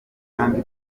kandi